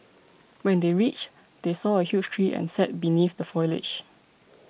when they reached they saw a huge tree and sat beneath the foliage